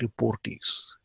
reportees